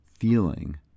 feeling